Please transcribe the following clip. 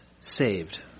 saved